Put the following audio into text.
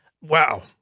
Wow